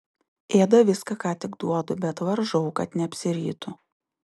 ėda viską ką tik duodu bet varžau kad neapsirytų